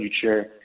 future